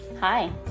hi